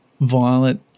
Violet